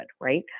right